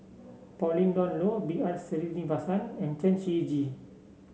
Pauline Dawn Loh B R Sreenivasan and Chen Shiji